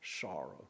sorrow